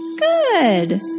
Good